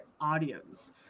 audience